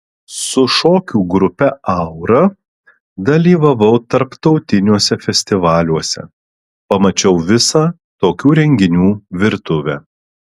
su šokių grupe aura dalyvavau tarptautiniuose festivaliuose pamačiau visą tokių renginių virtuvę